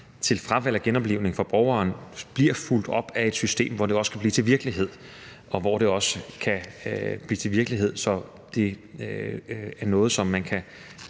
til fravalg af genoplivning for borgeren, bliver fulgt op af et system, hvor det også kan blive til virkelighed, og hvor det er en information, man kan